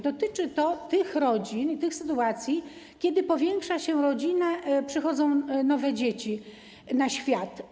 Dotyczy to tych rodzin, tych sytuacji, kiedy powiększa się rodzina, przychodzą nowe dzieci na świat.